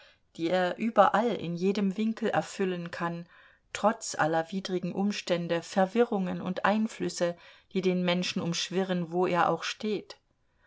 die er überall in jedem winkel erfüllen kann trotz aller widrigen umstände verwirrungen und einflüsse die den menschen umschwirren wo er auch steht